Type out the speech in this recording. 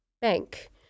bank